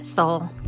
soul